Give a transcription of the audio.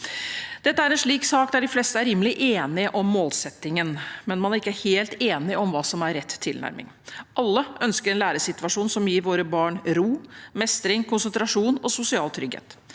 Dette er en slik sak der de fleste er rimelig enige om målsettingen, men ikke helt enige om hva som er rett tilnærming. Alle ønsker en læresituasjon som gir våre barn ro, mestring, konsentrasjon og sosial trygghet.